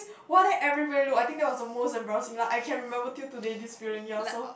what that every very look I think that was the most embarrassing lah I can remember till today this feeling ya also